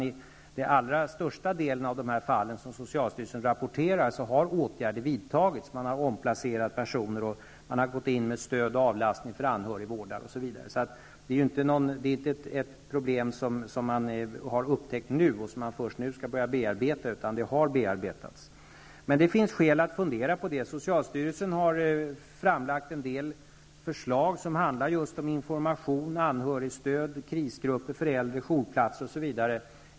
I de allra flesta av de fall som socialstyrelsen rapporter har åtgärder vidtagits. Man har omplacerat personer, och man har gått in med stöd och avlastning för anhörigvårdare. Det är inte ett problem som man har upptäckt nu och som man först nu börjar bearbeta, utan det har bearbetats tidigare. Men det finns skäl att fundera på detta. Socialstyrelsen har i sin rapport framlagt en del förslag som handlar om information, anhörigstöd, krisgrupper för de äldre, jourplatser osv.